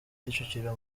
kicukiro